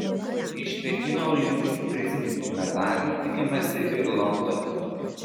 iš pekino olimpinių prizininkų medalių tikimasi ir londone